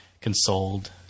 consoled